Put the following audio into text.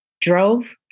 drove